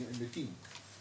הם מתים.